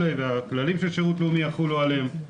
והכללים של שירות לאומי יחולו עליהם.